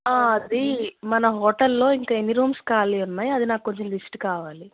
అది మన హోటల్లో ఇంకా ఎన్ని రూమ్స్ ఖాళీ ఉన్నాయి అది నాకు కొంచం లిస్ట్ కావాలి